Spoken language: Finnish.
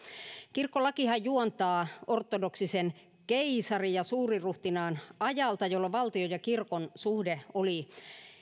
kirkkolakihan juontuu ortodoksisen keisarin ja suuriruhtinaan ajalta jolloin valtion ja kirkon suhde oli